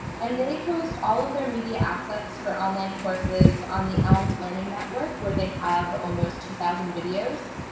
and they host all of their media assets for online courses on the elms learning network, where they have almost two thousand videos.